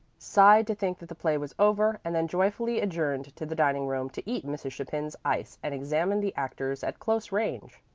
sighed to think that the play was over, and then joyfully adjourned to the dining-room to eat mrs. chapin's ice and examine the actors at close range.